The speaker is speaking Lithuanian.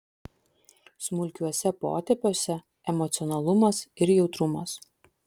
smulkiuose potėpiuose emocionalumas ir jautrumas